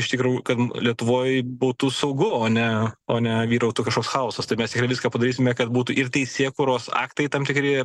iš tikrų kad lietuvoj būtų saugu o ne o ne vyrautų kažkoks chaosas tai mes viską padarysime kad būtų ir teisėkūros aktai tam tikri